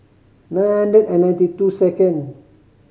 nine hundred and ninety two second